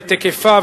את היקפה,